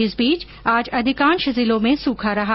इस बीच आज अधिकांश जिलों में सूखा रहा